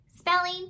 spelling